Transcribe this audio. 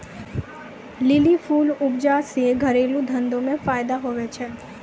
lily फूल उपजा से घरेलू धंधा मे फैदा हुवै छै